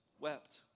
wept